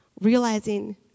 realizing